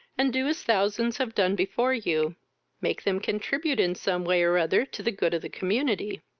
and do as thousands have done before you make them contribute in some way or other to the good of the community.